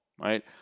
right